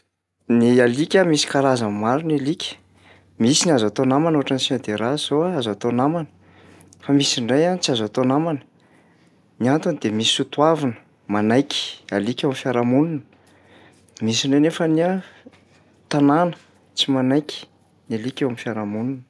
Ny alika misy karazany maro ny alika misy ny azo atao namana ohatran'ny chien de race zao a, azo atao namana. Fa misy indray a tsy azo atao namana ny antony de misy soatoavina manaiky alika eo amin' ny fiarahamonina misy indray nefany a tanàna tsy manaiky ny alika eo amin'ny fiarahamonina.